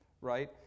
right